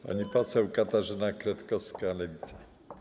Pani poseł Katarzyna Kretkowska, Lewica.